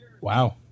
Wow